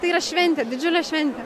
tai yra šventė didžiulė šventė